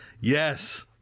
Yes